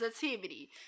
positivity